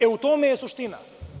E, u tome je suština.